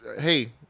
hey